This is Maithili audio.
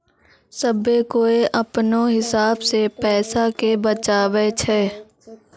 सभ्भे कोय अपनो हिसाब से पैसा के बचाबै छै